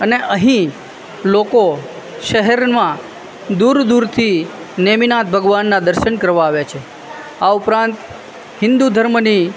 અને અહીં લોકો શહેરમાં દૂર દૂરથી નેમિનાથ ભગવાનના દર્શન કરવા આવે છે આ ઉપરાંત હિન્દુ ધર્મની